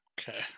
Okay